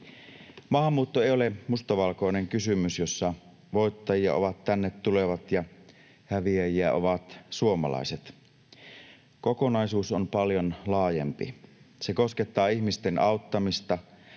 Maahanmuutto ei ole mustavalkoinen kysymys, jossa voittajia ovat tänne tulevat ja häviäjiä ovat suomalaiset. Kokonaisuus on paljon laajempi. Se koskettaa ihmisten auttamista